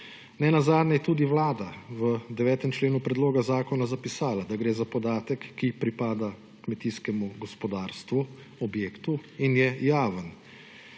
Ne nazadnje je tudi Vlada v 9. členu predloga zakona zapisala, da gre za podatek, ki pripada kmetijskemu gospodarstvu, objektu in je javen.